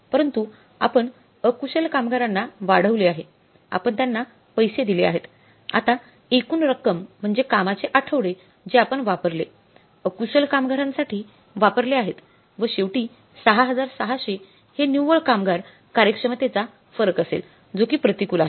परंतु आपण अकुशल कामगारांना वाढवले आहेआपण त्यांना पैसे दिले आहेत आता एकूण रक्कम म्हणजे कामाचे आठवडे जे आपण वापरले अकुशल कामगारांसाठी वापरले आहेत व शेवटी ६६०० हे निव्व्ळ कामगार कार्यक्षमतेचा फरक असेल जो कि प्रतिकूल आहे